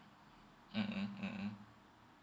mmhmm mmhmm